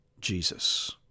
Jesus